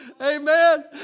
Amen